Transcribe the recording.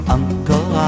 Uncle